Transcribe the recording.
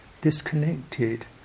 disconnected